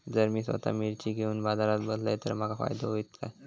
जर मी स्वतः मिर्ची घेवून बाजारात बसलय तर माका फायदो होयत काय?